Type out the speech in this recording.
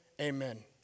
Amen